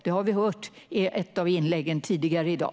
Det har vi hört i ett av inläggen tidigare i dag.